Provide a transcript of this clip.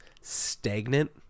stagnant